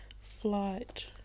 Flight